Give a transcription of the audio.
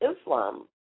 Islam